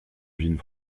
vigne